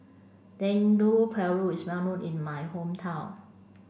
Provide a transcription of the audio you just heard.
Dendeng Paru is well known in my hometown